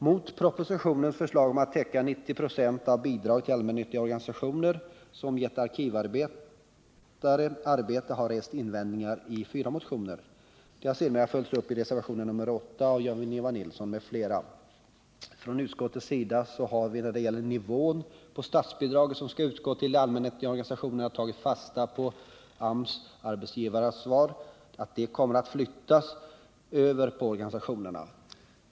Mot propositionens förslag om att täcka 90 96 av bidraget till allmännyttiga organisationer som gett arkivarbetare arbete har rests invändningar i fyra motioner. De har sedermera följts upp i reservationen 8 av Jan-Ivan Nilsson m.fl. Utskottsmajoriteten har, när det gäller nivån på det statsbidrag som skall utgå till de allmännyttiga organisationerna, tagit fasta på att arbetsmarknadsverkets arbetsgivaransvar kommer att flyttas över på organisationerna.